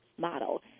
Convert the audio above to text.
model